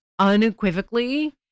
Unequivocally